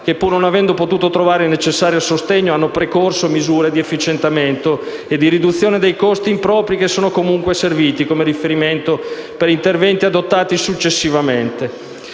che, pur non avendo potuto trovare il necessario sostegno, hanno precorso misure di efficientamento e riduzione dei costi impropri, che sono comunque serviti come riferimento per interventi adottati successivamente.